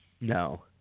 No